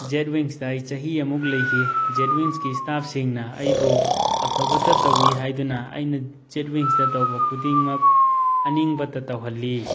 ꯖꯦꯠꯋꯤꯡꯁꯇ ꯑꯩ ꯆꯍꯤ ꯑꯃꯃꯨꯛ ꯂꯩꯈꯤ ꯖꯦꯠꯋꯤꯡꯁꯀꯤ ꯏꯁꯇꯥꯞꯁꯤꯡꯅ ꯑꯩꯕꯨ ꯑꯐꯕꯇ ꯇꯧꯏ ꯍꯥꯏꯗꯨꯅ ꯑꯩꯅ ꯖꯦꯠꯋꯤꯡꯁꯇ ꯇꯧꯕ ꯈꯨꯗꯤꯡꯃꯛ ꯑꯅꯤꯡꯕꯇ ꯇꯧꯍꯜꯂꯤ